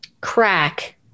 crack